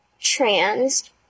trans